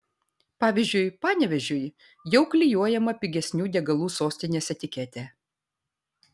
pavyzdžiui panevėžiui jau klijuojama pigesnių degalų sostinės etiketė